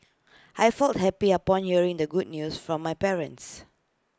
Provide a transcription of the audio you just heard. I felt happy upon hearing the good news from my parents